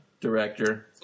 director